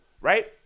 right